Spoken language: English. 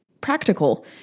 practical